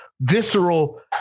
visceral